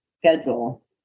Schedule